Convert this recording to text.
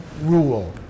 rule